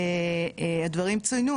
הדברים צוינו,